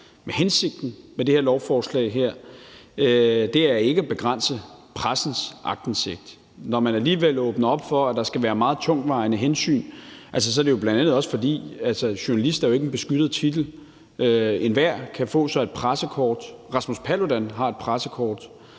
Men hensigten med det her lovforslag er ikke at begrænse pressens aktindsigt. Når man alligevel åbner op for, at der kan være meget tungtvejende hensyn, er det bl.a. også, fordi journalist jo ikke er en beskyttet titel. Enhver kan få sig et pressekort. Rasmus Paludan har et pressekort.